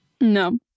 No